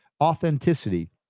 authenticity